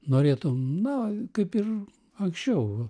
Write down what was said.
norėtum na kaip ir anksčiau